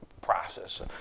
process